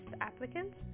applicants